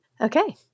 Okay